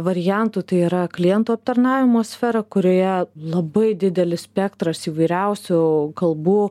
variantų tai yra klientų aptarnavimo sfera kurioje labai didelis spektras įvairiausių kalbų